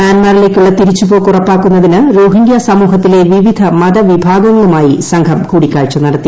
മ്യാൻമറിലേയ്ക്കുള്ള തിരിച്ചുപോക്ക് ഉറപ്പാക്കുന്നതിന് റോഹിംഗൃ സമൂഹത്തിലെ വിവിധ മതവിഭാഗങ്ങളുമായി സംഘം കൂടിക്കാഴ്ച നടത്തി